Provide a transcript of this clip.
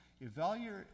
evaluate